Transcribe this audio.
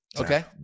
Okay